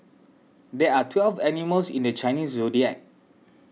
there are twelve animals in the Chinese zodiac